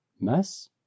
Mass